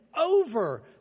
over